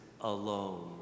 alone